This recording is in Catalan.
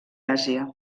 àsia